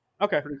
Okay